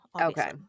Okay